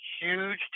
huge